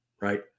right